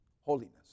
holiness